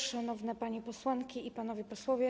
Szanowne Panie Posłanki i Panowie Posłowie!